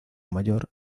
mayor